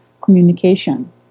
communication